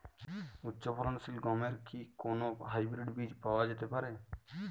উচ্চ ফলনশীল গমের কি কোন হাইব্রীড বীজ পাওয়া যেতে পারে?